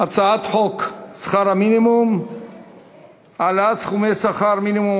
הצעת חוק שכר מינימום (העלאת סכומי שכר מינימום,